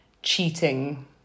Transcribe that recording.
cheating